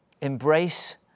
embrace